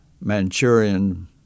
Manchurian